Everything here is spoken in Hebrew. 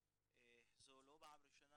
זו לא פעם ראשונה.